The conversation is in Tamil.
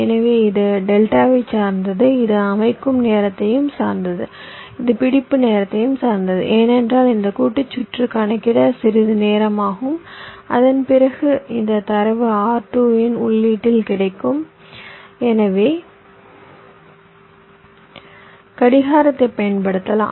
எனவே இது டெல்டாவைச் சார்ந்தது இது அமைக்கும் நேரத்தையும் சார்ந்தது இது பிடிப்பு நேரத்தையும் சார்ந்தது ஏனென்றால் இந்த கூட்டு சுற்று கணக்கிட சிறிது நேரம் ஆகும் அதன் பிறகு இந்த தரவு R2 இன் உள்ளீட்டில் கிடைக்கும் எனவே கடிகாரத்தைப் பயன்படுத்தலாம்